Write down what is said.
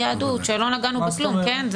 כשלא נגענו בכלום, כן?